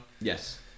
Yes